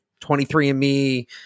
23andMe